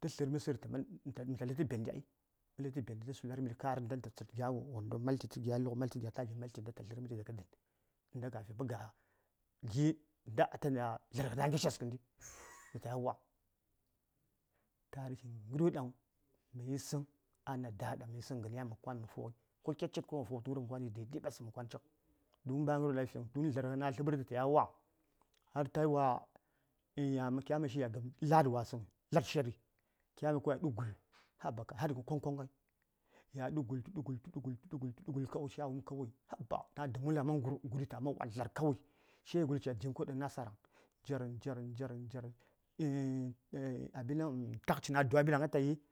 tə tlərmi sər məta tlə tə benti ai məta tlə tə benti ɗan ta sular miɗi ka:r ghənda məta ced gya wondo malti gya luk malti gya tagya malti ghənda tə ta tlərmi ɗi kabkə dən tarihi ghə ghəryo ɗaŋ mə yisəŋ a na da: ɗaŋ mə yisəŋ ghən yan mya kwan mə fughən ko kya ced gon wo fughə tu ghəryo ɗaŋ mə kwan mə fughən yan yi daidai ɓastə mə mə kwann cik domin ba ghərwon ɗaŋ a fiŋ domin dlar ghə na: tləɓərtə taya wa har ta wa kya məshi ya ghəm la:d wasəŋ lad zhyoɗi kya wumi ya ɗu gul haba kai har yi ɗu konkon ghai tə ɗu gul tə ɗu gul tə ɗu gul tə ɗu gul kawai she a wum kawai na: damula a man ngur guɗi taman wa dlar sai ca di:m kawai ɗan na:saraŋ njer njer njer abinnan takci na dwami ɗan atayi.